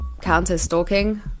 counter-stalking